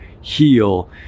heal